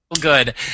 good